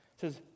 says